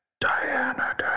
Diana